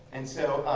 and so